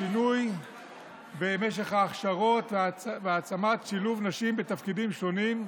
שינוי במשך ההכשרות והעצמת שילוב נשים בתפקידים שונים,